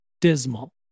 dismal